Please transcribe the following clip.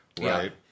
Right